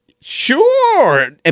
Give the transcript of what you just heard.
sure